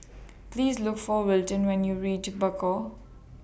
Please Look For Wilton when YOU REACH Bakau